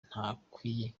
ntakwiye